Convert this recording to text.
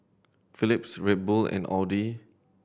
Philips Red Bull and Audi